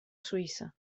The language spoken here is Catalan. suïssa